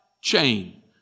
chain